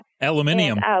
Aluminium